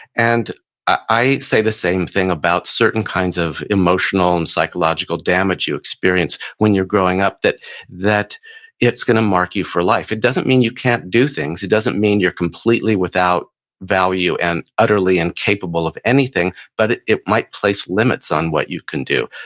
and i say the same thing about certain kinds of emotional and psychological damage you experience when you're growing up that that it's going to mark you for life. it doesn't mean you can't do things, it doesn't mean you're completely without value and utterly incapable of anything, but it it might place limits on what you can do.